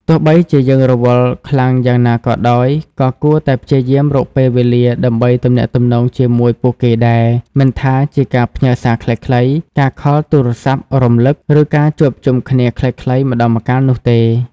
ទោះបីជាយើងរវល់ខ្លាំងយ៉ាងណាក៏ដោយ ក៏គួរតែព្យាយាមរកពេលវេលាដើម្បីទំនាក់ទំនងជាមួយពួកគេដែរ មិនថាជាការផ្ញើសារខ្លីៗ ការខលទូរស័ព្ទរំលឹក ឬការជួបជុំគ្នាខ្លីៗម្តងម្កាលនោះទេ។